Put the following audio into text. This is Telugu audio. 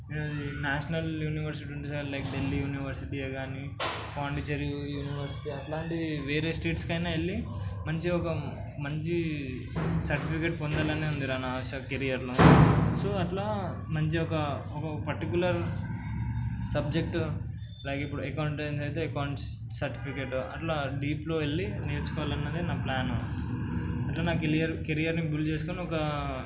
నేను అది నేషనల్ యూనివర్సిటీ లైక్ ఢిల్లీ యూనివర్సిటీయే కానీ పాండిచ్చేరి యూనివర్సిటీ అట్లాంటివి వేరే స్టేట్స్కి అయినా వెళ్ళి మంచిగా ఒక మంచి సర్టిఫికేట్ పొందాలని ఉందిరా నా ఆశ కెరియర్లో సో అట్లా మంచిగా ఒక పర్టికులర్ సబ్జెక్టు లైక్ ఇప్పుడు అకౌంటెంట్స్ అయితే అకౌంట్స్ సర్టిఫికెట్ అట్లా డీప్లో వెళ్ళి నేర్చుకోవాలన్నదే నా ప్లాను అట్లా నా కెరియర్ కెరియర్ని బిల్డ్ చేసుకొని ఒక